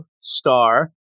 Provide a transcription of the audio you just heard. Star